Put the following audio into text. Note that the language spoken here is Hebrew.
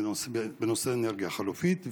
בנושא אנרגיה חלופית.